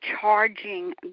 charging